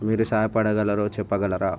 మీరు సహాయపడగలరో చెప్పగలరా